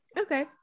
Okay